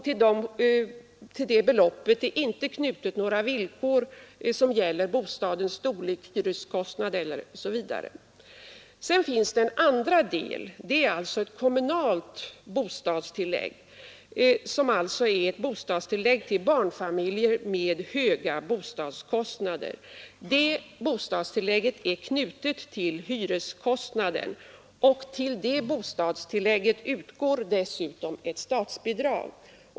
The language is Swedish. Till det beloppet är inte knutet några villkor beträffande bostadens storlek, hyreskostnad osv. Sedan finns en andra del, alltså ett kommunalt bostadstillägg, som utgår till barnfamiljer med höga bostadskostnader. Det bostadstillägget är knutet till hyreskostnaden, och till det utgår dessutom ett statsbidrag.